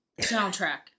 soundtrack